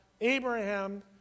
Abraham